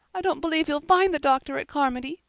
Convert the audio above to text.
i don't believe he'll find the doctor at carmody,